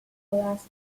last